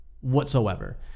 whatsoever